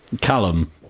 callum